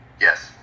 Yes